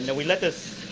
and we let this